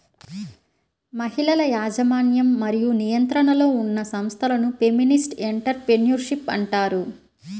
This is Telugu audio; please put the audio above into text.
మహిళల యాజమాన్యం మరియు నియంత్రణలో ఉన్న సంస్థలను ఫెమినిస్ట్ ఎంటర్ ప్రెన్యూర్షిప్ అంటారు